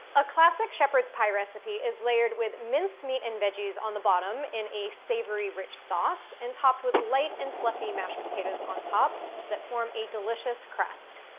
a classic shepherd's pie recipe is layered with minced meat and veggies on the bottom in a savory rich sauce and topped with a light and fluffy mashed potatoes on top that form a delicious crust.